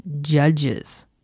judges